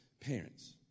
parents